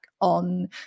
on